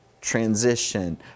transition